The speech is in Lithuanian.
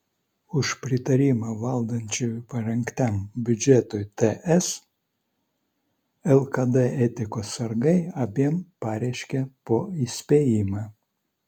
už pritarimą valdančiųjų parengtam biudžetui ts lkd etikos sargai abiem pareiškė po įspėjimą